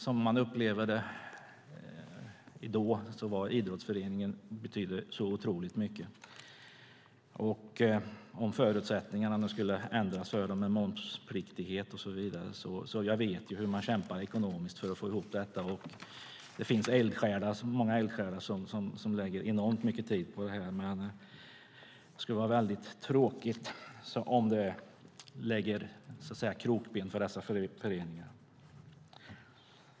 Som jag upplevde det då betydde idrottsföreningen så otroligt mycket. Om förutsättningarna skulle ändras, med momspliktighet och så vidare, påverkar det. Jag vet hur föreningarna kämpar ekonomiskt för att få ihop det, och det finns många eldsjälar som lägger ned enormt mycket tid. Det skulle vara väldigt tråkigt om detta lade krokben för föreningarna.